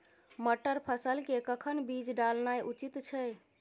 मटर फसल के कखन बीज डालनाय उचित छै?